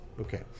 okay